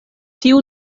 tiu